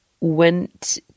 went